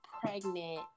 pregnant